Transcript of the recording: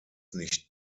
nicht